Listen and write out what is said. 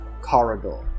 corridor